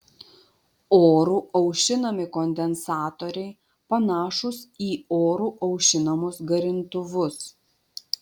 oru aušinami kondensatoriai panašūs į oru aušinamus garintuvus